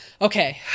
Okay